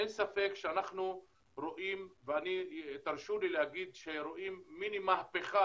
אין ספק ותרשו לי להגיד שרואים מיני מהפכה